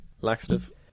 Laxative